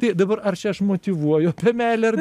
tai dabar ar čia aš motyvuoju apie meilę ar